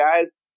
guys